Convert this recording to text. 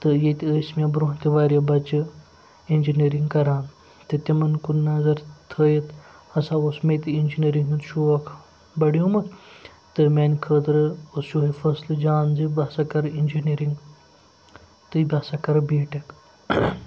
تہٕ ییٚتہِ ٲسۍ مےٚ برٛونٛہہ تہِ وارِیاہ بَچہِ اِنجیٖنٔرِنٛگ کَران تہٕ تِمَن کُن نظر تھٲیِتھ ہَسا اوس مےٚ تہِ اِنجیٖنٔرِنٛگ ہُنٛد شوق بَڑیومُت تہٕ میٛانہِ خٲطرٕ اوس یِہوے فٲصلہٕ جان زِ بہٕ ہَسا کَرٕ اِنجیٖنِرِنٛگ تہٕ بہٕ ہَسا کَرٕ بی ٹٮ۪ک